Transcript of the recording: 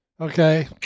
Okay